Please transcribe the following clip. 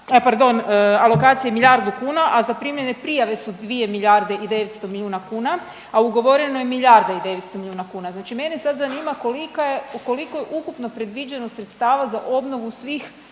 alokacije milijardu kuna, a zaprimljene prijave su 2 milijarde i 900 milijuna kuna, a ugovoreno je milijarda i 900 milijuna kuna. Znači mene sad zanima kolika je, koliko je ukupno predviđeno sredstava za obnovu svih